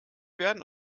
werden